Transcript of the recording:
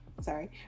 sorry